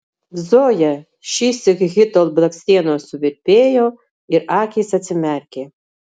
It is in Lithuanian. zoja šįsyk hito blakstienos suvirpėjo ir akys atsimerkė